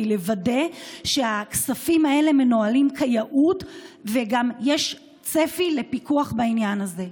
לוודא שהכספים האלה מנוהלים כיאות וגם יש צפי לפיקוח בעניין הזה.